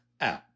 out